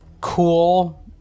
cool